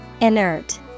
inert